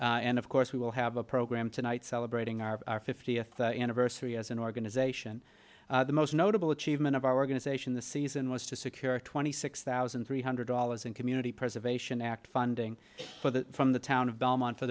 olmstead and of course we will have a program tonight celebrating our fiftieth anniversary as an organization the most notable achievement of our organization the season was to secure twenty six thousand three hundred dollars in community preservation act funding for the from the town of belmont for